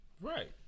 Right